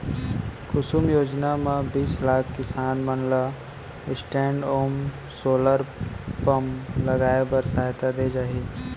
कुसुम योजना म बीस लाख किसान मन ल स्टैंडओन सोलर पंप लगाए बर सहायता दे जाही